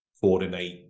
coordinate